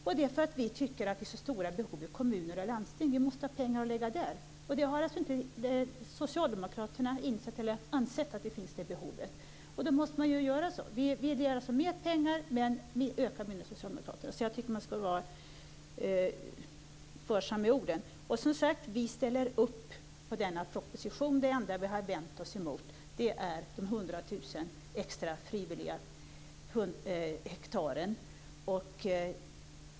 Det gör vi för att vi tycker att det finns så stora behov i kommuner och landsting att det behövs pengar där. Socialdemokraterna har inte insett det behovet. Vi ger alltså mer pengar, men föreslår en mindre ökning än socialdemokraterna. Jag tycker att man ska vara varsam med orden. Som sagt, vi ställer oss bakom denna proposition. Det enda som vi har vänt oss emot är de 100 000 extra, frivilliga hektaren.